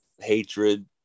hatred